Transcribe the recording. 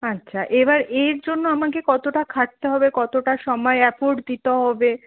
আচ্ছা এবার এর জন্য আমাকে কতটা খাটতে হবে কতটা সময় এফোরট দিতে হবে